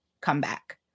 comeback